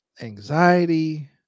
anxiety